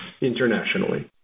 internationally